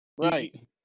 Right